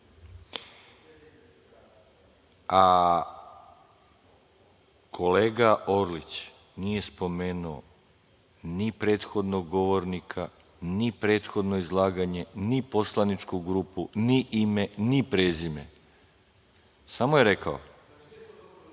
Kolega Orlić nije spomenuo ni prethodnog govornika, ni prethodno izlaganje, ni poslaničku grupu, ni ime, ni prezime. Samo je rekao…(Srđan Nogo: Znači